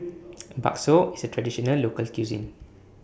Bakso IS A Traditional Local Cuisine